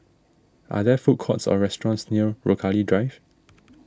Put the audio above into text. are there food courts or restaurants near Rochalie Drive